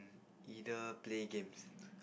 either play games